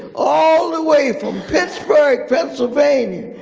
all the way from pittsburgh, pennsylvania,